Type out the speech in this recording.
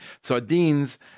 Sardines